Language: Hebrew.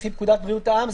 לפי פקודת בריאות העם,